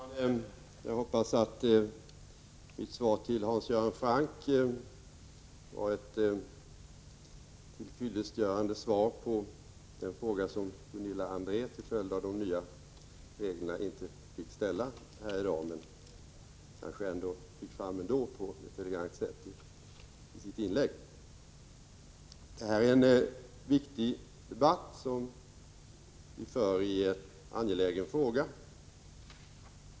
Fru talman! Jag hoppas att mitt svar till Hans Göran Franck var ett tillfyllestgörande svar också på den fråga som Gunilla André till följd av de nya debattreglerna inte fick ställa i dag men som hon på ett elegant sätt ändå fick fram i sitt inlägg. Vi för här en viktig debatt i en angelägen fråga.